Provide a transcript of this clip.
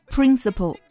Principal